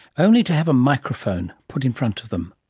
only to have a microphone put in front of them.